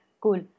cool